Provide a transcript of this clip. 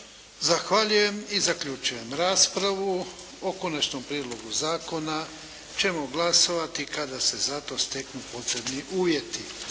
Zahvaljujem i zaključujem raspravu. O konačnom prijedlogu zakona ćemo glasovati kada se za to steknu potrebni uvjeti.